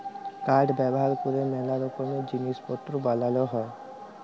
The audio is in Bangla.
কাঠ ব্যাভার ক্যরে ম্যালা রকমের জিলিস পত্তর বালাল হ্যয়